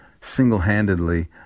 single-handedly